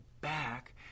back